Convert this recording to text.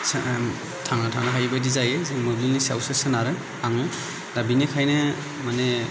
थांना थानो होननाय बायदि जायो मोब्लिबनि सायावसो सोनारो आङो दा बेनिखायनो माने